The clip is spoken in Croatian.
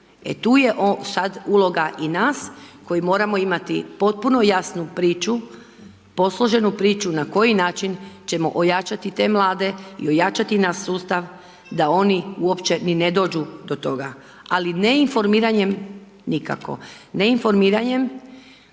E tu je sad uloga i nas koji moramo imati potpuno jasnu priču, posloženu priču na koji način ćemo ojačati te mlade i ojačati naš sustav da oni uopće ni ne dođu do toga ali ne informiranjem nikako. Neinformiranjem